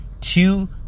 two